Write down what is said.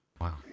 Wow